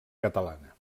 catalana